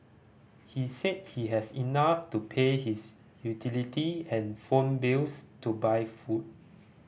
he said he has enough to pay his utility and phone bills to buy food